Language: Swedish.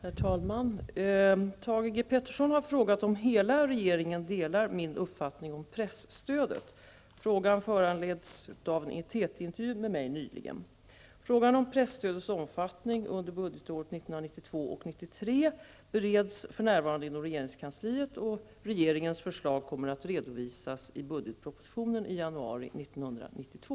Herr talman! Thage G Peterson har frågat om hela regeringen delar min uppfattning om presstödet. Frågan föranleds av en TT-intervju med mig nyligen. Frågan om presstödets omfattning under budgetåret 1992/93 bereds för närvarande inom regeringskansliet. Regeringens förslag kommer att redovisas i budgetpropositionen i januari 1992.